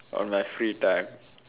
on my free time